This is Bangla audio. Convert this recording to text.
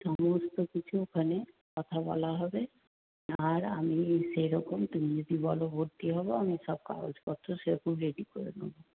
সমস্ত কিছু ওখানে কথা বলা হবে আর আমি সেরকম তুমি যদি বলো ভর্তি হবো আমি সব কাগজপত্র সেরকম রেডি করে নেবো